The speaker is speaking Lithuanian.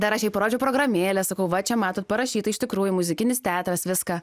dar aš jau parodžiau programėlę sakau va čia matot parašyta iš tikrųjų muzikinis teatras viską